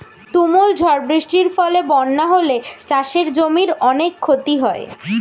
তুমুল ঝড় বৃষ্টির ফলে বন্যা হলে চাষের জমির অনেক ক্ষতি হয়